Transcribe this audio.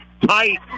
Tight